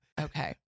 okay